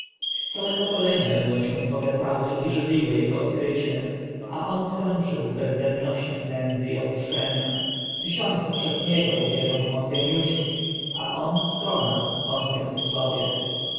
całe pokolenia będą się wzbogacały i żywiły ego odkryciem a on skończył w bezdennościach nędzy i opuszczenia tysiące przez niego uwierzą w moc geniuszu a on skonał wątpiąc o sobie